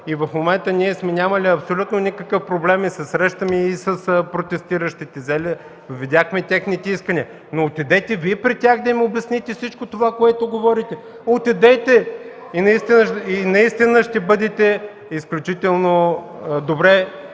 До момента ние не сме имали никакъв проблем и се срещаме с протестиращите, видяхме техните искания. Но, отидете Вие при тях да им обясните всичко това, което говорите. Отидете! И наистина ще бъдете „изключително добре”